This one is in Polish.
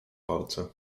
palce